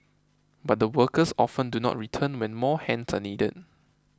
but the workers often do not return when more hands are needed